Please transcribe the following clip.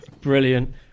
Brilliant